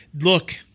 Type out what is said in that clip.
look